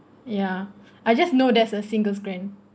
ya I just know there's a single grant